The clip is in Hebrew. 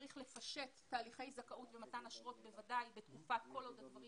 צריך לפשט תהליכי זכאות ומתן אשרות בוודאי כל עוד הדברים